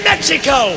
Mexico